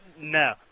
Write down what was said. no